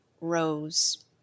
rows